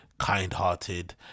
kind-hearted